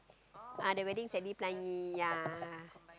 ah the wedding's at D-Pelangi ya